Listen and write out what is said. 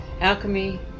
alchemy